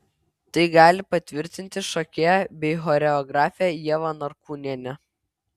tai gali patvirtinti šokėja bei choreografė ieva norkūnienė